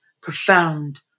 profound